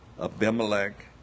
Abimelech